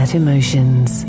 emotions